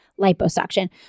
liposuction